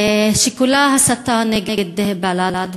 שכולה הסתה נגד בל"ד.